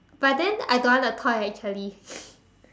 but then I don't want the toy actually